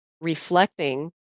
reflecting